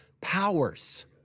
powers